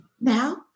now